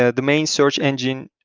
ah the main search engine,